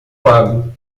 lago